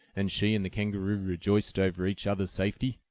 and she and the kangaroo rejoiced over each other's safety.